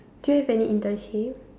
do you have any internship